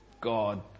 God